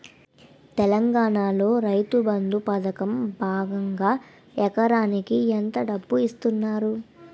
తెలంగాణలో రైతుబంధు పథకం భాగంగా ఎకరానికి ఎంత డబ్బు ఇస్తున్నారు?